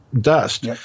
dust